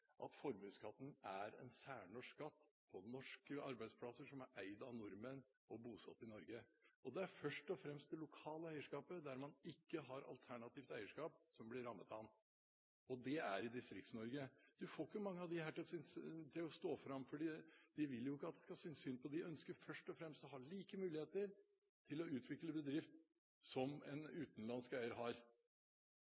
at formuesskatten er en særnorsk skatt på norske arbeidsplasser som er eid av nordmenn og bosatt i Norge. Det er først og fremst det lokale eierskapet, der man ikke har alternativt eierskap, som blir rammet av den. Og det er i Distrikts-Norge. Man får ikke mange av dem til å stå fram, for de vil ikke at vi skal synes synd på dem. De ønsker først og fremst å ha samme muligheter til å utvikle en bedrift som en